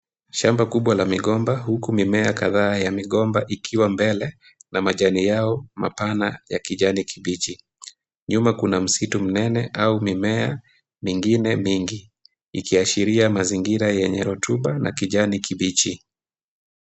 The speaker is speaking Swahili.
Shamba kubwa la migomba huku mimea kadhaa ya migomba ikiwa mbele na majani yao mapana ya kijani kibichi. Nyuma kuna msitu mnene au mimea mingine mingi, ikiashiria mazingira yenye rotuba na kijani kibichi.